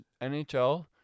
NHL